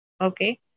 Okay